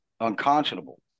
unconscionable